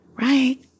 right